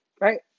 right